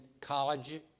college